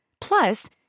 Plus